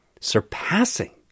surpassing